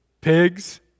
pigs